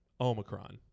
Omicron